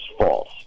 false